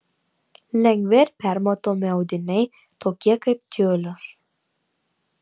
lengvi ir permatomi audiniai tokie kaip tiulis